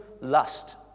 lust